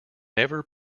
never